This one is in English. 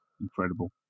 incredible